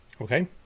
Okay